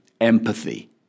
empathy